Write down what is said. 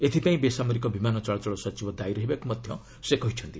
ଏଥିପାଇଁ ବେସାମରିକ ବିମାନ ଚଳାଚଳ ସଚିବ ଦାୟୀ ରହିବାକୁ ମଧ୍ୟ ସେ କହିଛନ୍ତି